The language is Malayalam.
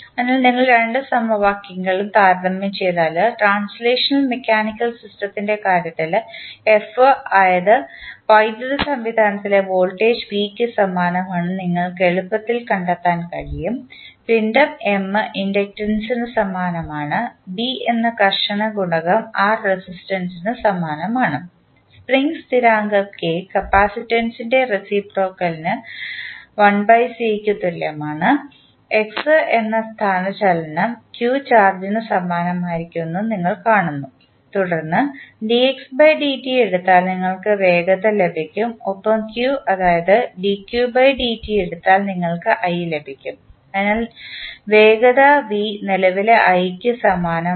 അതിനാൽ നിങ്ങൾ രണ്ട് സമവാക്യങ്ങളും താരതമ്യം ചെയ്താൽ ട്രാൻസ്ലേഷണൽ മെക്കാനിക്കൽ സിസ്റ്റത്തിൻറെ കാര്യത്തിൽ എഫ് ആയത് വൈദ്യുത സംവിധാനത്തിലെ വോൾട്ടേജ് വിക്ക് സമാനമാണെന്ന് നിങ്ങൾക്ക് എളുപ്പത്തിൽ കണ്ടെത്താൻ കഴിയും പിണ്ഡം എം ഇൻഡക്റ്റൻസിന് സമാനമാണ് ബി എന്ന ഘർഷണ ഗുണകം R റെസിസ്റ്റൻസ്നു സമാനമാണ് സ്പ്രിംഗ് സ്ഥിരാങ്കം K കപ്പാസിറ്റൻസിൻറെ റേസിപ്രോക്കൽ നു 1C ക്കു തുല്യമാണ് x എന്ന സ്ഥാനചലനം q ചാർജ് നു സമാനമായിരിക്കുമെന്ന് നിങ്ങൾ കാണുന്നു തുടർന്ന്എടുത്താൽ നിങ്ങൾക്ക് വേഗത v ലഭിക്കും ഒപ്പം q അത് dq dt എടുത്താൽ നിങ്ങൾക്ക് i ലഭിക്കും അതിനാൽ വേഗത v നിലവിലെ i ന് സമാനമാണ്